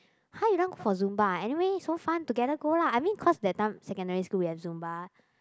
!huh! you don't want go for Zumba ah anyway so fun together go lah i mean cause that time secondary school we have Zumba